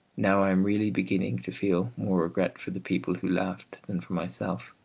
now i am really beginning to feel more regret for the people who laughed than for myself.